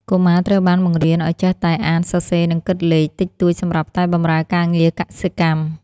កុមារត្រូវបានបង្រៀនឱ្យចេះតែ «អាន សរសេរ និងគិតលេខ» តិចតួចសម្រាប់តែបម្រើការងារកសិកម្ម។